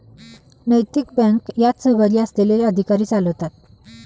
नैतिक बँक यात सहभागी असलेले अधिकारी चालवतात